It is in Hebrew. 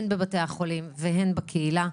הן בבתי החולים והן בקהילה,